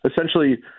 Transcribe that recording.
essentially